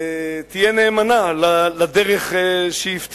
תהיה נאמנה לדרך שהיא הבטיחה.